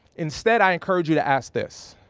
instead i encourage you to ask this.